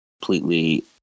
completely